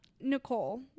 nicole